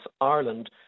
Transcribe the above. Ireland